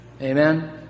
Amen